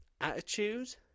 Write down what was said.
attitude